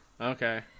Okay